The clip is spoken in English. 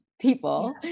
people